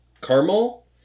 caramel